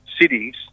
cities